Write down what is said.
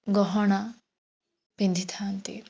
ଗହଣା ପିନ୍ଧିଥାନ୍ତି